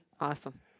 awesome